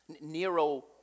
nero